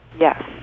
Yes